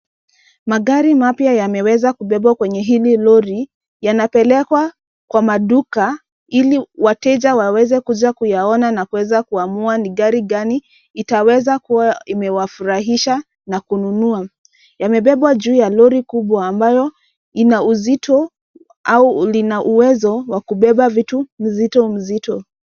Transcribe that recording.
Magari mapya yameweza kubebwa kwenye hili lori. Yanapelekwa kwa maduka ili wateja waweze kuja kuyaona na kuweza kuamua ni gari gani itaweza kuwa imewafurahisha na kununua. Yamebebwa juu ya lori kubwa ambayo ina uzito au lina uwezo wa kubeba vitu mzito mzito.